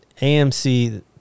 AMC